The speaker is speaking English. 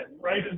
right